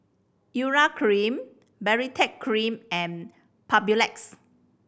Urea Cream Baritex Cream and Papulex